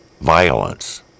violence